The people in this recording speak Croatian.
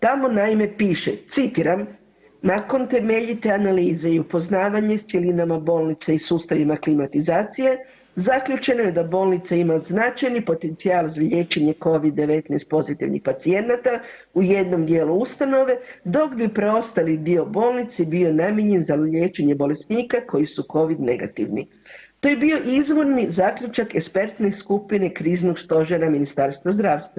Tamo naime piše, citiram: „Nakon temeljite analize i upoznavanje s cjelinama bolnice i sustavima klimatizacije zaključeno je da bolnica ima značajni potencijal za liječenje covid-19 pozitivnih pacijenata u jednom dijelu ustanove, dok bi preostali dio bolnice namijenjen bio za liječenje bolesnika koji su covid negativni.“ To je bio izvorni zaključak ekspertne skupine Kriznog stožera Ministarstva zdravstva.